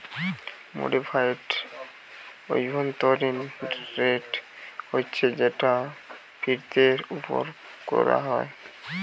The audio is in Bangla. মডিফাইড অভ্যন্তরীণ রেট হচ্ছে যেটা ফিরতের উপর কোরা হয়